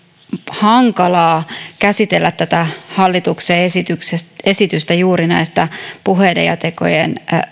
hankalaa käsitellä hallituksen esitystä juuri näistä puheiden ja tekojen